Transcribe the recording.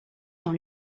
dans